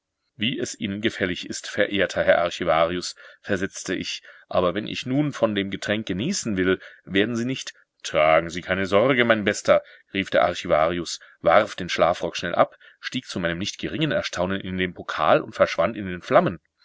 wie es ihnen gefällig ist verehrter herr archivarius versetzte ich aber wenn ich nun von dem getränk genießen will werden sie nicht tragen sie keine sorge mein bester rief der archivarius warf den schlafrock schnell ab stieg zu meinem nicht geringen erstaunen in den pokal und verschwand in den flammen